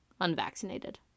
unvaccinated